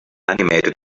animated